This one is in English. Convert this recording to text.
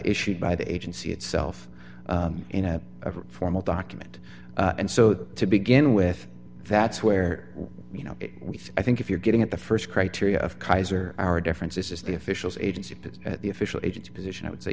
issued by the agency itself in a formal document and so to begin with that's where you know we think if you're getting at the st criteria of kaiser our difference is the officials agency puts at the official agents position i would say